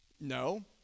No